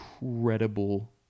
incredible